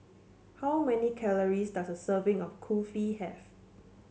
how many calories does a serving of Kulfi have